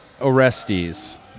Orestes